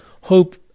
hope